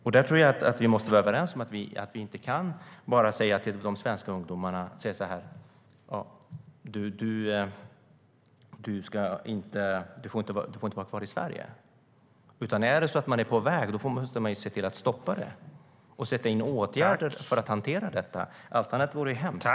Jag tror att vi måste vara överens om att vi inte bara kan säga till de här svenska ungdomarna att de inte får vara kvar i Sverige. Är de på väg måste vi se till att stoppa dem och sätta in åtgärder för att hantera detta. Allt annat vore hemskt.